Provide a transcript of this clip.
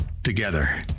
Together